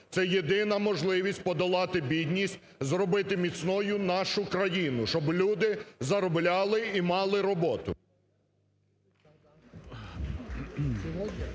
Це єдина можливість подолати бідність, зробити міцною нашу країну, щоб люди заробляли і мали роботу.